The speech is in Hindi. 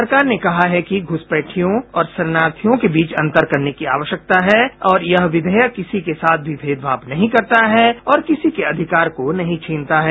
सरकार ने कहा है कि घुसपैठियों और शरणार्थियों के बीच अंतर करने की आवश्यकता है और यह विधेयक किसी के भी साथ भेदभाव नहीं करता है और किसी के अधिकार को नहीं छीनता है